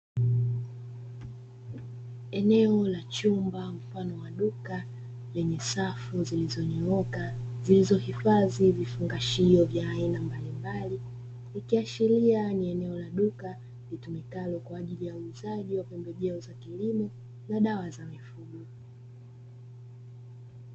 Eneo la chumba mfano wa duka lenye safu zilizonyooka, zilizohifadhi vifungashio vya aina mbalimbali ikiashiria ni eneo la duka litumikalo kwa ajili ya uuzaji wa pembejeo za kilimo na dawa za mifugo.